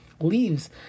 leaves